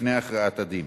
לפני הכרעת הדין,